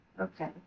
okay